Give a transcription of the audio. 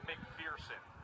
McPherson